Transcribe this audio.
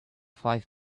five